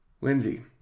Lindsay